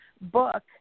book